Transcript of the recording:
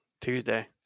Tuesday